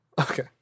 Okay